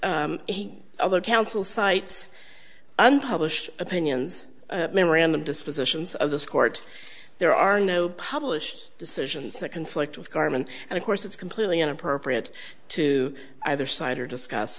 are other council sites unpublished opinions memorandum dispositions of this court there are no published decisions that conflict with government and of course it's completely inappropriate to either side or discuss